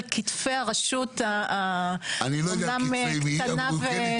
כתפי הרשות הקטנה שהיא אומנם נמרצת